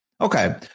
Okay